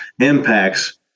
impacts